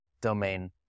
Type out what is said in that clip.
domain